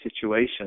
situation